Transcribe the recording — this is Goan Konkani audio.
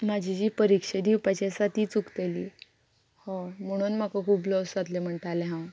म्हाजी जी परिक्षा दिवपाची आसा ती चुकतली हय म्हणून म्हाका खूब लॉस जातले म्हणटाले हांव